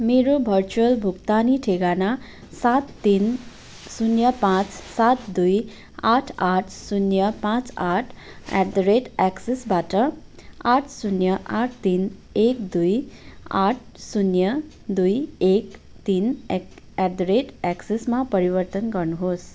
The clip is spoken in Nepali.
मेरो भर्चुअल भुक्तानी ठेगाना सात तिन शून्य पाँच सात दुई आठ आठ शून्य पाँच आठ एट द रेट एक्सिसबाट आठ शून्य आठ तिन एक दुई आठ शून्य दुई एक तिन एट द रेट एक्सिसमा परिवर्तन गर्नुहोस्